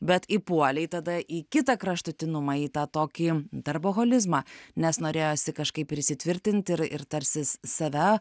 bet įpuolei tada į kitą kraštutinumą į tą tokį darboholizmą nes norėjosi kažkaip ir įsitvirtint ir ir tarsi save